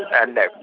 and